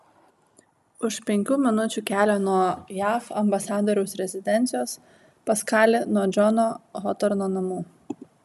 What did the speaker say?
už penkių minučių kelio nuo jav ambasadoriaus rezidencijos paskali nuo džono hotorno namų